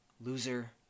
Loser